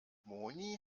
moni